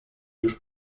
już